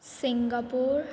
Singapore